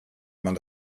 man